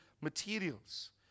materials